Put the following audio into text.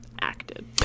acted